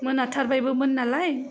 मोनाथारबायबोमोन नालाय